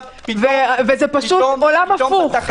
וזה פשוט עולם הפוך.